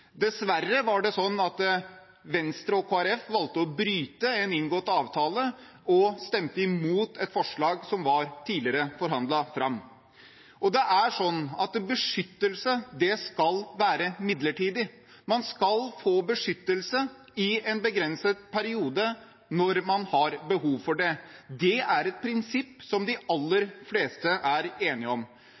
Dessverre var det slik at Venstre og Kristelig Folkeparti valgte å bryte en inngått avtale og stemte imot et forslag som var forhandlet fram tidligere. Det er slik at en beskyttelse skal være midlertidig. Man skal få beskyttelse i en begrenset periode når man har behov for det. Det er et prinsipp som de aller fleste er enige om,